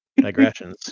digressions